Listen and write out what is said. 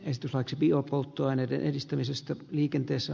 asian käsittely keskeytetään